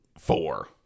four